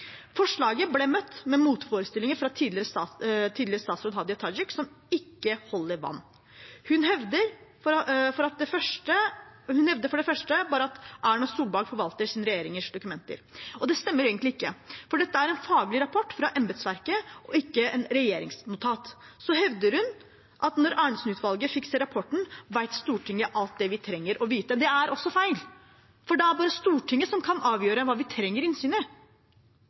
Forslaget ble møtt med motforestillinger som ikke holder vann, fra tidligere statsråd Hadia Tajik. Hun hevdet for det første at Erna Solberg forvaltet sin regjerings dokumenter. Det stemmer egentlig ikke, for dette er en faglig rapport fra embetsverket og ikke et regjeringsnotat. Så hevdet hun at når Arntsen-utvalget fikk se rapporten, vet Stortinget alt vi trenger å vite. Det er også feil, for det er bare Stortinget som kan avgjøre hva vi trenger